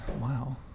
Wow